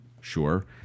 sure